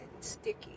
sticky